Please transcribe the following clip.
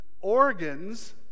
organs